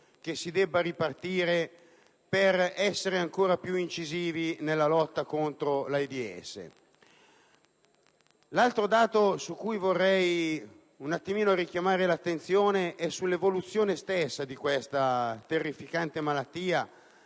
che si debba ripartire per essere ancora più incisivi nella lotta contro l'AIDS. L'altro dato, su cui vorrei richiamare l'attenzione, è sull'evoluzione stessa di questa terrificante malattia